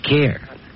care